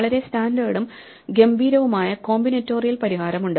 വളരെ സ്റ്റാൻഡേർഡും ഗംഭീരവുമായ കോമ്പിനേറ്റോറിയൽപരിഹാരമുണ്ട്